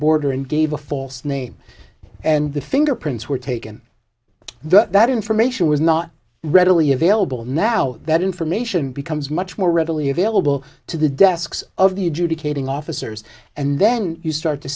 border and gave a false name and the fingerprints were taken that that information was not readily available now that information becomes much more readily available to the desks of the adjudicating officers and then you start to